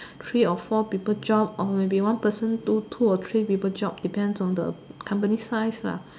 three or four people job or maybe one person do two or three people job depends on the company size lah